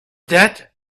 debt